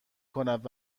کند